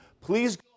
Please